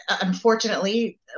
Unfortunately